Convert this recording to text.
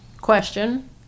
question